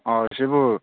ꯁꯤꯕꯨ